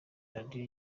radio